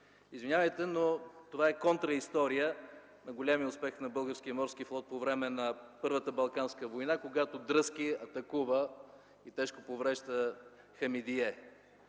Извинявайте, но това е контраистория на големия успех на Българския морски флот по време на Първата балканска война, когато „Дръзки” атакува и тежко поврежда „Хамидие”.